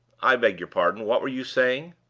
i beg your pardon. what were you saying?